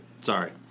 Sorry